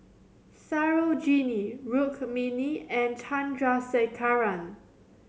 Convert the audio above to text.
Sarojini Rukmini and Chandrasekaran